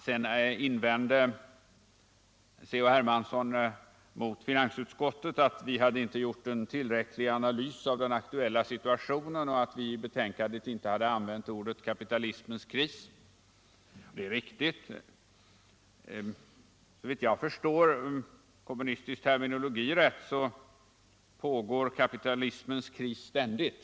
Så invände C.-H. Hermansson att vi i finansutskottet inte hade gjort en analys av den aktuella situationen och att vi inte hade använt uttrycket kapitalismens kris. Det är riktigt. Såvitt jag förstår kommunistisk terminologi rätt pågår kapitalismens kris ständigt.